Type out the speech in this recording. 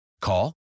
Call